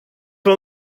von